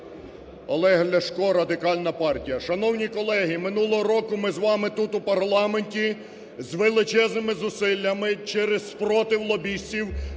Олег Ляшко, Радикальна партія. Шановні колеги, минулого року ми з вами тут, у парламенті, з величезними зусиллями через спротив лобістів